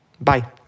bye